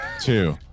two